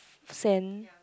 sand